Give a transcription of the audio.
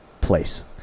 place